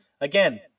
Again